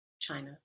China